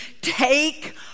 take